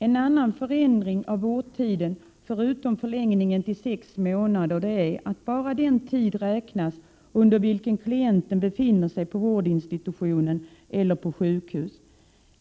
En annan förändring av vårdtiden förutom förlängning till sex månader är att bara den tid räknas under vilken klienten befinner sig på vårdinstitutionen eller på sjukhus.